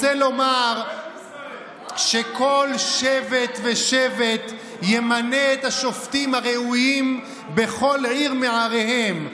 רוצה לומר שכל שבט ושבט ימנה את השופטים הראויים בכל עיר מעריהם.